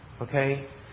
Okay